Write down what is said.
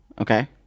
Okay